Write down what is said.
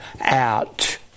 out